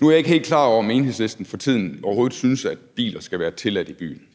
Nu er jeg ikke er helt klar over, om Enhedslisten for tiden overhovedet synes, at biler skal være tilladt i byen,